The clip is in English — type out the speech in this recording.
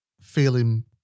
feeling